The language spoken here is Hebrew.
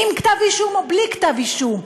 עם כתב אישום או בלי כתב אישום,